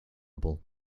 able